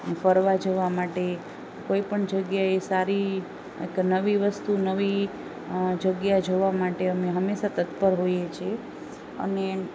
ફરવા જવા માટે કોઈ પણ જગ્યાએ સારી એકે નવી વસ્તુ નવી જગ્યા જોવા માટે અમે હંમેશા તત્પર હોઈએ છીએ અને